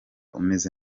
umeze